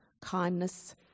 kindness